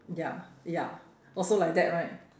ya ya also like that right